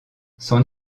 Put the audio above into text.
son